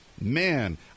man